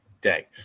day